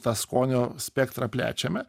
tą skonio spektrą plečiame